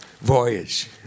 voyage